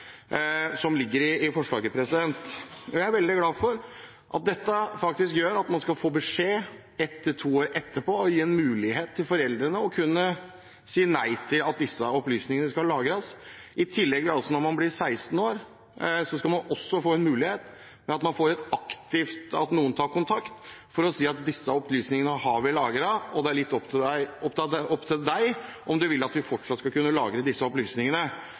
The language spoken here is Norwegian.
som ligger i forslaget. Jeg er veldig glad for at dette faktisk gjør at man skal få beskjed ett til to år etter, som gir foreldrene mulighet til å kunne si nei til at opplysningene lagres. Når man blir 16 år, skal man også få en mulighet ved at noen aktivt tar kontakt for å si at disse opplysningene har man lagret, og det er opp til deg om du vil at man fortsatt skal lagre opplysningene.